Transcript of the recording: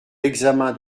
l’examen